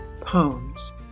Poems